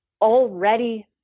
already